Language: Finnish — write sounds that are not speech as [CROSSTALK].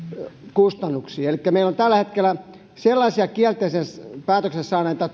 kustannuksiin elikkä meillä on tällä hetkellä tuhatkuusisataaneljäkymmentäkuusi henkilöä sellaisia kielteisen päätöksen saaneita [UNINTELLIGIBLE]